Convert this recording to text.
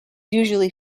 usually